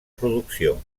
producció